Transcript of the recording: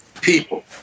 people